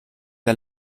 der